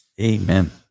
amen